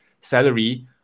salary